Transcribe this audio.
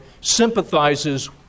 sympathizes